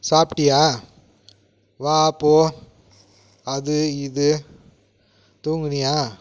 சாப்பிட்டியா வா போ அது இது தூங்கினீயா